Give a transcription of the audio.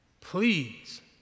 please